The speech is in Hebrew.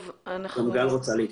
גם גל רוצה להתייחס.